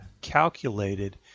calculated